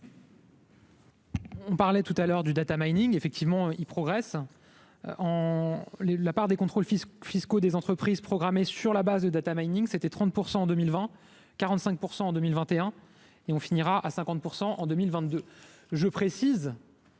On parlait tout à l'heure du Data Mining, effectivement il progresse en les la part des contrôles fiscaux fiscaux des entreprises programmée sur la base de Data Mining, c'était 30 % en 2020 45 % en 2021 et on finira à 50 pour 100 en 2022 je précise.